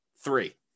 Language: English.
three